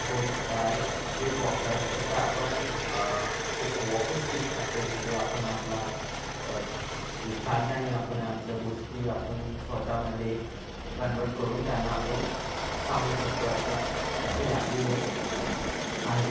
fourth आहे एक street walker जिथं आपण एक वॉकिन स्टिक असते तिथे आपण आपला चालताना आपण आपल्या गोष्टी आपण स्वतःमध्ये एक कन्व्हट करून त्यांना आपण सांगू शकतो असं अशा जागी हे आहे